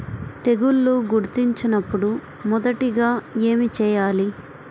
తెగుళ్లు గుర్తించినపుడు మొదటిగా ఏమి చేయాలి?